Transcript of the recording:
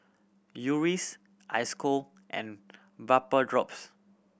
Eucerin Isocal and Vapodrops